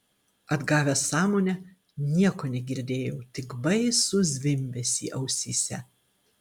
atgavęs sąmonę nieko negirdėjau tik baisų zvimbesį ausyse